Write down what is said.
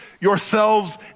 yourselves